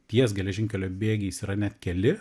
ties geležinkelio bėgiais yra net keli